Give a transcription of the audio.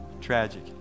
tragic